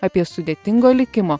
apie sudėtingo likimo